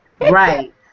Right